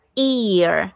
Ear，